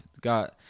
got